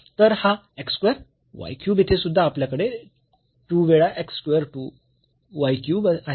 तर हा x square y cube येथे सुद्धा आपल्याकडे 2 वेळा x स्क्वेअर y क्यूब आहे